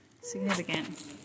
significant